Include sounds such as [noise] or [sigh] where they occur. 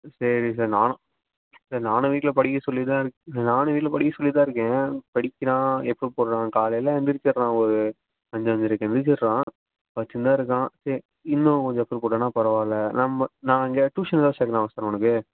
சரி சார் நானும் சார் நானும் வீட்டில் படிக்க சொல்லிதான் இருக் நானும் வீட்டில் படிக்க சொல்லிதான் இருக்கேன் படிக்கிறான் எஃபோர்ட் போடுறான் காலையில் எந்திரிச்சுட்றான் ஒரு அஞ்சு அஞ்சரைக்கு எந்திரிச்சுட்றான் படிச்சுன்னு தான் இருக்கான் சரி இன்னும் கொஞ்சம் எஃபர்ட் போட்டான்னால் பரவாயில்லை நம்ப நான் இங்கே ட்யூஷன் ஏதானும் சேர்க்கணுமா சார் [unintelligible] அவனுக்கு